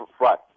right